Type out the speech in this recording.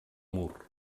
mur